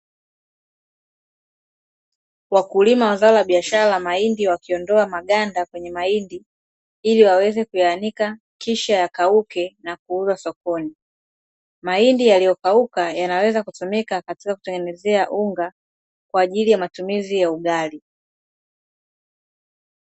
Wakulima wa zao la biashara la mahindi wakiondoa maganda kwenye mahindi ili waweze kuyaanika kisha yakauke na kuuzwa sokoni. Mahindi yaliyokauka yanaweza kutumika katika kutengenezea unga kwa ajili ya matumizi ya ugali.